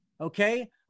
okay